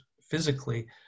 physically